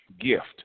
gift